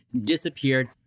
disappeared